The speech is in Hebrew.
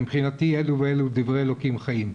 מבחינתי אלו ואלו הם דברי אלוקים חיים.